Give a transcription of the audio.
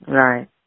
Right